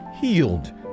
healed